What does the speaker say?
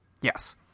Yes